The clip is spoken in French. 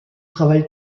travail